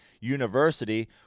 university